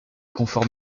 confort